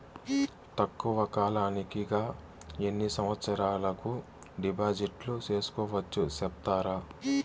తక్కువ కాలానికి గా ఎన్ని సంవత్సరాల కు డిపాజిట్లు సేసుకోవచ్చు సెప్తారా